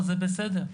זה בסדר.